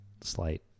slight